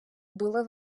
були